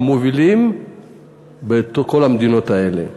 המובילים בין כל המדינות האלה.